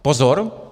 Pozor.